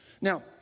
Now